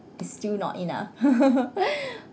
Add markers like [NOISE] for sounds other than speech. it's still not enough [LAUGHS]